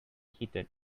heated